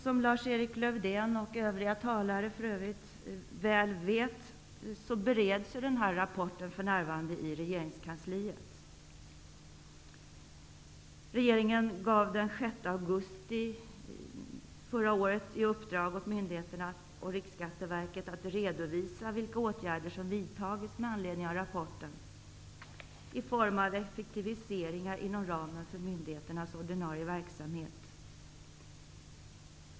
Som Lars-Erik Lövdén och övriga talare väl vet bereds denna rapport för närvarande i regeringskansliet. Den 6 augusti förra året gav regeringen myndigheterna och Riksskatteverket i uppdrag att redovisa vilka åtgärder som vidtagits med anledning av rapporten i form av effektiviseringar inom ramen för myndigheternas ordinarie verksamhet.